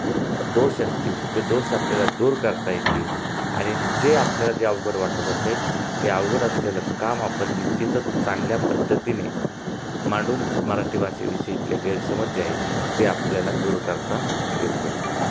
दोष असतील ते दोष आपल्याला दूर करता येतील आणि जे आपल्याला जे अवघड वाटत असेल ते अवघड असलेलं काम आपण निश्चितच चांगल्या पद्धतीने मांडून मराठी भाषेविषयी इथले गैरसमज जे आहे ते आपल्याला दूर करता येतील